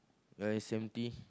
ya it's empty